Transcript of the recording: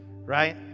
right